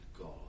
God